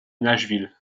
nashville